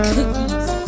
Cookies